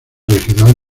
regional